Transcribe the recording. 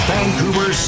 Vancouver